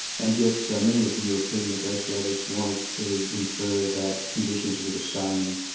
and yet many of the european negotiators wanted to infer that conditions were the same,